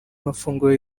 mafunguro